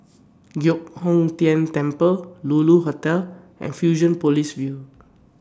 Giok Hong Tian Temple Lulu Hotel and Fusionopolis View